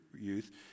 youth